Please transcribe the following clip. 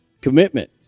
commitment